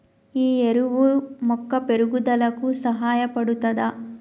ఈ ఎరువు మొక్క పెరుగుదలకు సహాయపడుతదా?